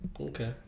Okay